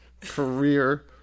career